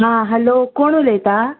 आं हॅलो कोण उलयता